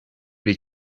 les